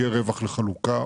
יהיה רווח לחלוקה.